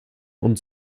und